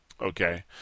Okay